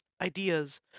Ideas